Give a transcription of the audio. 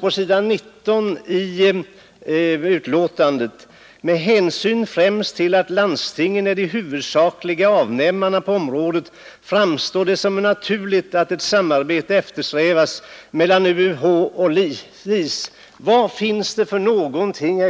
På s. 19 i utskottets betänkande står följande: ”——— med hänsyn främst till att landstingen är de huvudsakliga avnämarna på området framstår det som naturligt att samarbete eftersträvas mellan UUH och LIC.” Vad finns det för något i det